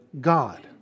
God